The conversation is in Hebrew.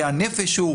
ממרי הנפש הוא,